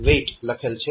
4 WAIT લખેલ છે